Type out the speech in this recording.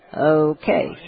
Okay